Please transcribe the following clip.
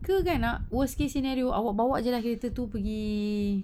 ke kan nak worst case scenario awak bawa jer lah kereta tu pergi